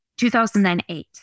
2008